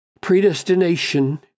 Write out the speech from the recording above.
predestination